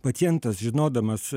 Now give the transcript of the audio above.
pacientas žinodamas